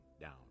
down